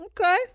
Okay